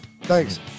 Thanks